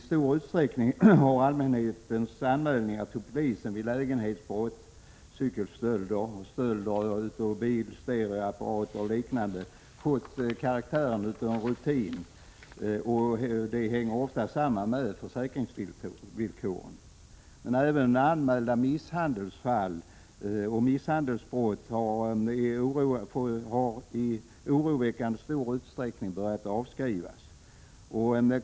Allmänhetens anmälningar till polisen vid lägenhetsinbrott och stölder av cyklar, bilar, stereoapparater och liknande har i stor utsträckning fått karaktären av rutin. Detta hänger ofta samman med utformningen av försäkringsvillkoren. 127 Även anmälda misshandelsbrott har dock i oroväckande stor utsträckning börjat avskrivas.